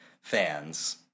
fans